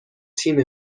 تیم